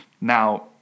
now